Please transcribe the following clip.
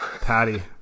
Patty